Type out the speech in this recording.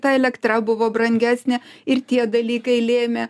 ta elektra buvo brangesnė ir tie dalykai lėmė